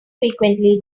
frequently